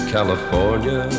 California